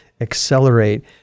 accelerate